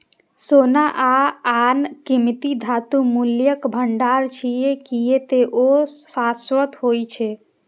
सोना आ आन कीमती धातु मूल्यक भंडार छियै, कियै ते ओ शाश्वत होइ छै